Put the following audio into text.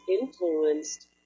influenced